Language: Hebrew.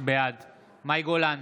בעד מאי גולן,